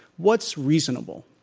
what's reasonable?